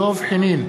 דב חנין,